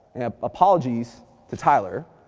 and apologies to tyler,